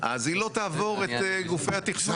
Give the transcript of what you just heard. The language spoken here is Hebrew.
אז היא לא תעבור את גופי התכנון.